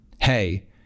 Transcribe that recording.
Hey